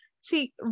see